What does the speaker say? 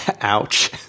Ouch